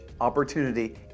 opportunity